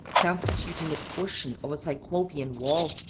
constituting a portion of a cyclopean wall,